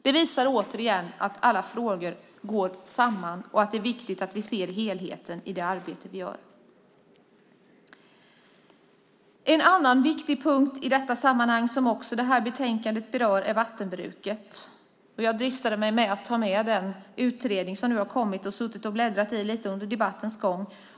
Det här visar återigen att alla frågor går samman och att det är viktigt att vi ser helheten i det arbete vi gör. En annan viktig punkt i detta sammanhang som också berörs i det här betänkandet är vattenbruket. Jag dristade mig att ta med den utredning som nu har kommit och har suttit och bläddrat lite i den under debattens gång.